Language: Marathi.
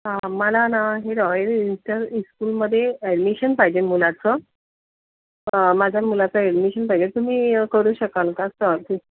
हां मला ना ही रॉयल इंटर इस्कुलमध्ये ॲडमिशन पाहिजे मुलाचं माझ्या मुलाचं ॲडमिशन पाहिजे तुम्ही करू शकाल का